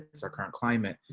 that's our current climate,